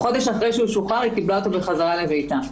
חודש אחרי שהוא שוחרר היא קיבלה אותו חזרה לביתה.